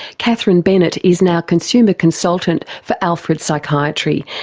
catherine bennett is now consumer consultant for alfred psychiatry,